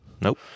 Nope